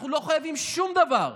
אנחנו לא חייבים שום דבר.